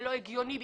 זה לא הגיוני בכלל.